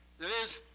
there is,